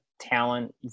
talent